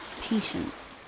patience